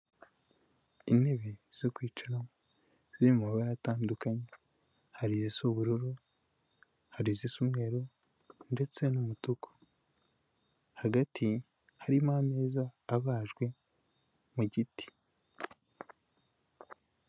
Intebe zo kwicaramo ziri mu mabara atandukanye, hari i z'ubururu, hari izisa umweru ndetse n'umutuku, hagati harimo ameza abajwe mu giti.